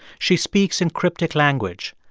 she speaks in cryptic language.